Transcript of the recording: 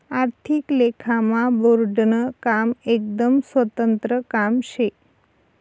आर्थिक लेखामा बोर्डनं काम एकदम स्वतंत्र काम शे